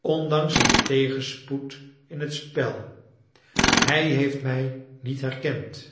ondanks zijn tegenspoed in het spel hij heeft mij niet herkend